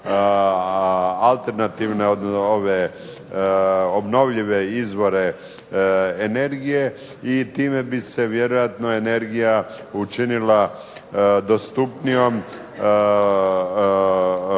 alternativne obnovljive izvore energije, i time bi se vjerojatno energija učinila dostupnijom